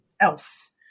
else